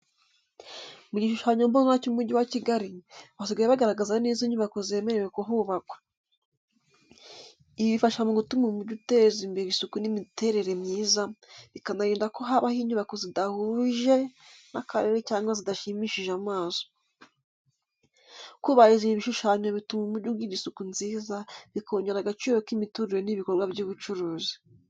Mu gishushanyo mbonera cy’umujyi wa Kigali, basigaye bagaragaza neza inyubako zemerewe kuhubakwa. Ibi bifasha mu gutuma umujyi uteza imbere isuku n’imiterere myiza, bikanarinda ko habaho inyubako zidahuye n’akarere cyangwa zidashimishije amaso. Kubahiriza ibi bishushanyo bituma umujyi ugira isura nziza, bikongera agaciro k’imiturire n’ibikorwa by’ubucuruzi.